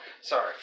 Sorry